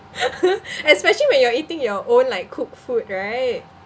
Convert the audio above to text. especially when you're eating your own like cooked food right